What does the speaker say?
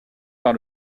par